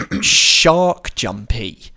shark-jumpy